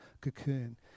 cocoon